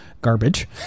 garbage